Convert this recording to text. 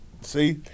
See